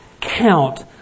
count